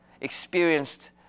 experienced